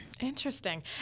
Interesting